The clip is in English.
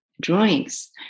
drawings